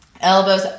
elbows